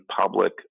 public